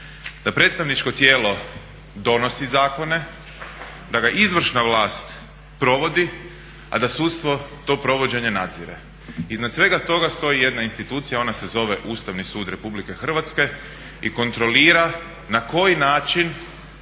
da predstavničko tijelo donosi zakone, da ga izvršna vlast provodi, a da sudstvo to provođenje nadzire. Iznad svega toga stoji jedna institucija, a ona se zove Ustavni sud RH i kontrolira na koji način